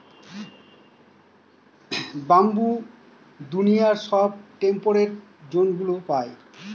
bamboo দুনিয়ার সব temperate জোনগুলা পায়